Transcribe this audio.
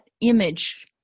image